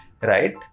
right